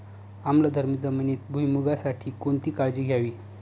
आम्लधर्मी जमिनीत भुईमूगासाठी कोणती काळजी घ्यावी?